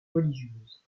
religieuses